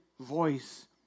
voice